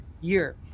year